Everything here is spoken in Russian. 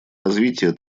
развития